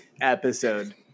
episode